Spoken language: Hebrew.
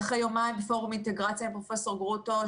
ואחרי יומיים בפורום אינטגרציה עם פרופ' גרוטו,